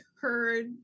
heard